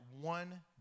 one